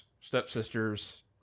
stepsisters